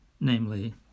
namely